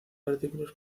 artículos